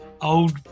old